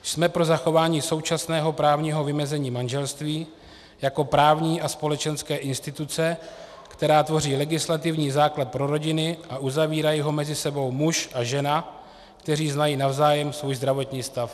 Jsme pro zachování současného právního vymezení manželství jako právní a společenské instituce, která tvoří legislativní základ pro rodiny, a uzavírají ho mezi sebou muž a žena, kteří znají navzájem svůj zdravotní stav.